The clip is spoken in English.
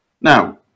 Now